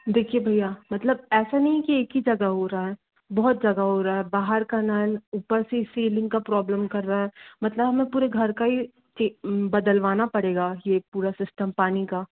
देखिए भैया मतलब ऐसा नहीं है कि एक ही जगह हो रहा है बहुत जगह हो रहा है बाहर का नल ऊपर से सीलिंग का प्रॉब्लम कर रहा है मतलब हम पूरा घर का ही बदलवाना पड़ेगा ये पूरा सिस्टम पानी का